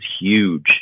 huge